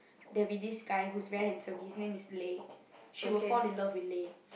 there is a guy who's very handsome his name is Lei she will fall in love with Lei